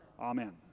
Amen